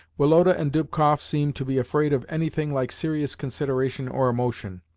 woloda and dubkoff seemed to be afraid of anything like serious consideration or emotion,